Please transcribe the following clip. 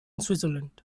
switzerland